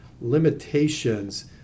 limitations